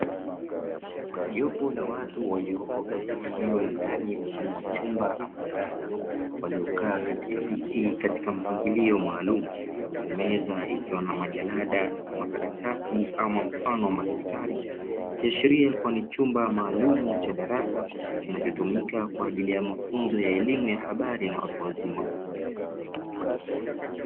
Jopo la watu waliopo katika eneo la ndani mfano wa chumba au darasa waliokaa katika viti katika mpangilio maalumu huku meza ikiwa na majalada makaratasi ama mfano wa madaftari ikiashiria ni chumba maalumu cha darasa kinachotumika kwa ajili ya mafunzo ya habari na watu wazima.